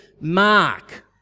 Mark